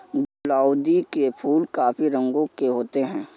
गुलाउदी के फूल काफी रंगों के होते हैं